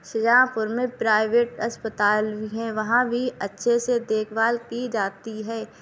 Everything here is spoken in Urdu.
شاہجہاں پور میں پرائیویٹ اسپتال بھی ہیں وہاں بھی اچھے سے دیکھ بھال کی جاتی ہے